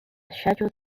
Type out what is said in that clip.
scheduled